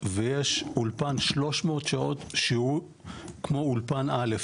ויש אולפן 300 שעות שהוא כמו אולפן א',